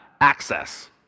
access